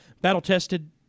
battle-tested